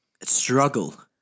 struggle